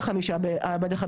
ואגב הם עדיין ממשיכים,